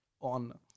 On